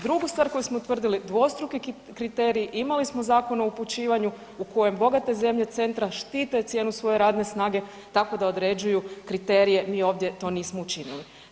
Drugu stvar koju smo utvrdili, dvostruki kriterij imali smo zakon o upućivanju u kojem bogate zemlje centra štite cijenu svoje radne snage tako da određuju kriterije, mi ovdje to nismo učinili.